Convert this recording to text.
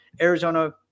Arizona